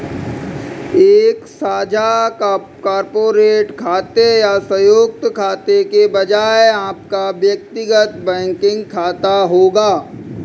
एक साझा कॉर्पोरेट खाते या संयुक्त खाते के बजाय आपका व्यक्तिगत बैंकिंग खाता होगा